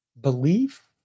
belief